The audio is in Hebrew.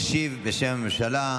ישיב, בשם הממשלה,